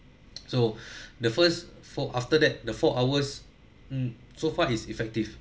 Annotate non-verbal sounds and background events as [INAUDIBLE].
[NOISE] so [BREATH] the first four after that the four hours mm so far is effective